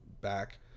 back